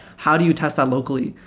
how do you test that locally?